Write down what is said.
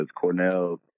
Cornell